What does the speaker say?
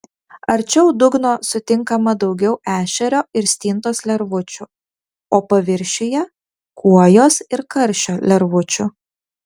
arčiau dugno sutinkama daugiau ešerio ir stintos lervučių o paviršiuje kuojos ir karšio lervučių